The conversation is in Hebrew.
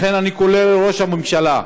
לכן אני קורא לראש הממשלה,